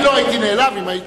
אני לא הייתי נעלב אם הייתי,